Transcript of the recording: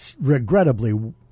regrettably